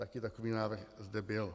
Taky takový návrh zde byl.